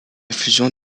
fusion